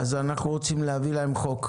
אז אנחנו רוצים להביא להם חוק.